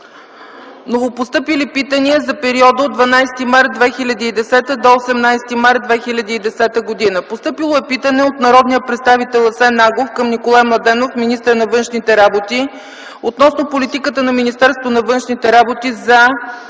Новопостъпили питания за периода от 12 март 2010 г. до 18 март 2010 г.: Постъпило е питане от народния представител Асен Агов към Николай Младенов – министър на външните работи, относно политиката на Министерството на външните работи за